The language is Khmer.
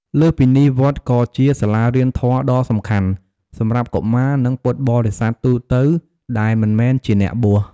លើសពីនេះ វត្តក៏ជា សាលារៀនធម៌ដ៏សំខាន់ សម្រាប់កុមារ និងពុទ្ធបរិស័ទទូទៅ ដែលមិនមែនជាអ្នកបួស។